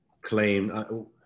claim